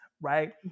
right